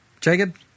Jacob